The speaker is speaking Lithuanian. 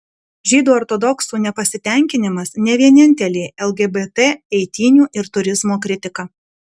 žydų ortodoksų nepasitenkinimas ne vienintelė lgbt eitynių ir turizmo kritika